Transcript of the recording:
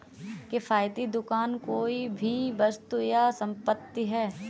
किफ़ायती दुकान कोई भी वस्तु या संपत्ति है